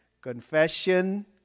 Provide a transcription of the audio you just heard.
confession